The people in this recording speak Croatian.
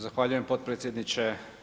Zahvaljujem potpredsjedniče.